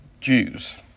Jews